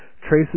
traces